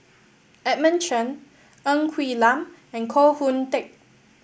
Edmund Chen Ng Quee Lam and Koh Hoon Teck